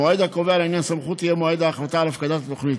המועד הקובע לעניין הסמכות יהיה מועד ההחלטה על הפקדת התוכנית.